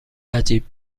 عجیب